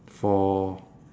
for